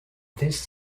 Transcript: this